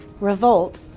revolt